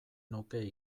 nuke